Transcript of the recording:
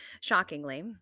shockingly